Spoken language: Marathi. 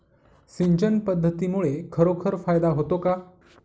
सिंचन पद्धतीमुळे खरोखर फायदा होतो का?